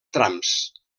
trams